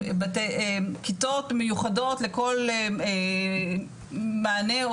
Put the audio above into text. כיתות מיוחדות לכל מענה,